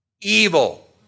Evil